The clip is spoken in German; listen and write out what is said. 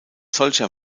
solcher